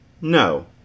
No